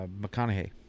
McConaughey